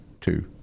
two